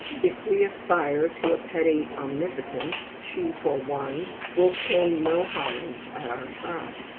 if we aspire to a petty omnipotence, she, for one, will pay no homage at our shrine.